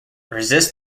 resists